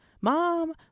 mom